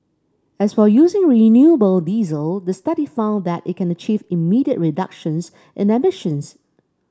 as for using renewable diesel the study found that it can achieve immediate reductions in emissions